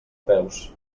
peus